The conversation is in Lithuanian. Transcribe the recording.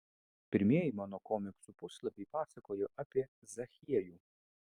pirmieji mano komiksų puslapiai pasakojo apie zachiejų